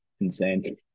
insane